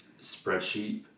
spreadsheet